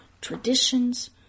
traditions